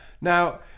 Now